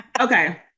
Okay